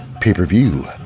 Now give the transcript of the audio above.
pay-per-view